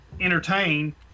entertain